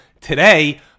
Today